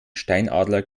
steinadler